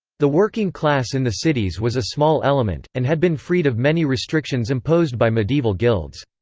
the working class in the cities was a small element, and had been freed of many restrictions imposed by medieval guilds.